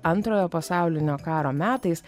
antrojo pasaulinio karo metais